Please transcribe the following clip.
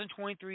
2023